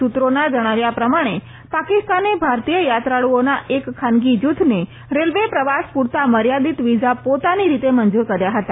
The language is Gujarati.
સુત્રોના જણાવ્યા પ્રમાણે પાકિસ્તાને ભારતીય યાત્રાળુઓના એક ખાનગી જુથને રેલવે પ્રવાસ પુરતા મર્યાદિત વિઝા પોતાની રીતે મંજુર કર્યા હતા